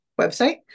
website